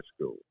school